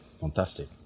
fantastic